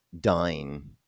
dying